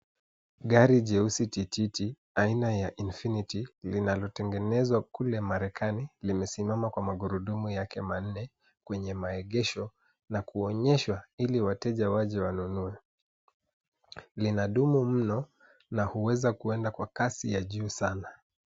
Gari jeusi tititi aina ya cs[infinity]cs linalotengenezwa kule Marekani limesimama kwa magurumu yake manne kwenye maegesho na kuonyeshwa ili wateja waje wanunue. Linadumu mno na huweza kuenda kwa kasi ya juu sana.